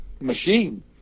machine